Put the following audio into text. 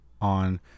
on